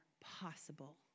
possible